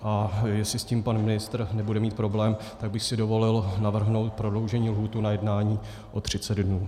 A jestli s tím pan ministr nebude mít problém, tak bych si dovolil navrhnout prodloužení lhůtu na jednání o třicet dnů.